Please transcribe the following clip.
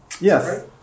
Yes